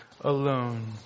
alone